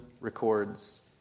records